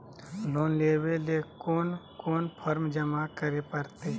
Loan लेवे ले कोन कोन फॉर्म जमा करे परते?